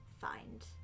find